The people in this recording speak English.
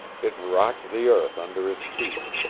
it rocked the earth under his feet.